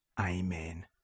Amen